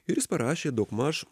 ir jis parašė daugmaž